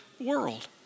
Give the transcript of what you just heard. world